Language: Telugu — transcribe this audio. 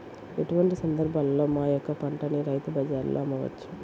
ఎటువంటి సందర్బాలలో మా యొక్క పంటని రైతు బజార్లలో అమ్మవచ్చు?